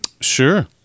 sure